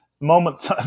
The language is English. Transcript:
Moments